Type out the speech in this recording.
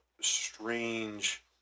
strange